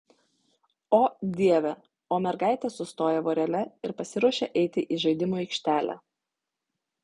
o dieve o mergaitės sustoja vorele ir pasiruošia eiti į žaidimų aikštelę